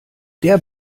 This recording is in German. der